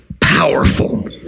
powerful